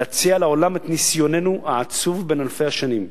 להציע לעולם את ניסיוננו העצוב בן אלפי השנים,